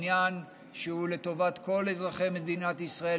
עניין שהוא לטובת כל אזרחי מדינת ישראל,